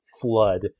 flood